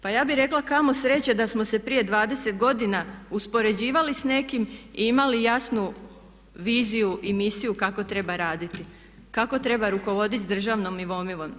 Pa ja bih rekla kamo sreće da smo se prije 20 godina uspoređivali s nekim i imali jasnu viziju i misiju kako treba raditi, kako treba rukovoditi s državnom imovinom.